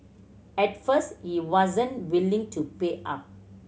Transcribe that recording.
at first he wasn't willing to pay up